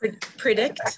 Predict